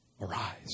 Arise